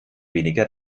weniger